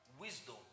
Wisdom